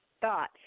thought